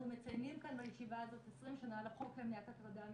אנחנו מציינים כאן בישיבה הזאת 20 שנה לחוק למניעת הטרדה מינית.